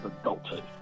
adulthood